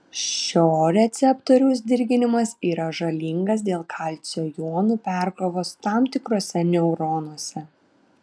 šio receptoriaus dirginimas yra žalingas dėl kalcio jonų perkrovos tam tikruose neuronuose